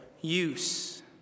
use